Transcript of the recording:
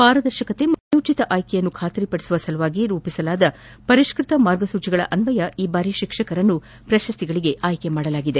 ಪಾರದರ್ಶಕತೆ ಹಾಗೂ ನ್ಯಾಯೋಚಿತ ಆಯ್ಕೆಯನ್ನು ಬಾತ್ರಿಪಡಿಸುವ ಸಲುವಾಗಿ ರೂಪಿಸಲಾದ ಪರಿಷ್ಟತ ಮಾರ್ಗಸೂಚಿಗಳ ಅನ್ವಯ ಈ ಬಾರಿ ಶಿಕ್ಷಕರನ್ನು ಪ್ರಶಸ್ತಿಗೆ ಆಯ್ಕೆ ಮಾಡಲಾಗಿದೆ